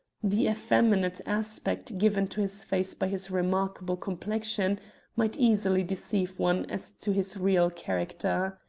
the effeminate aspect given to his face by his remarkable complexion might easily deceive one as to his real character.